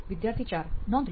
વિદ્યાર્થી 4 નોંધ લો